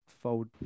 Fold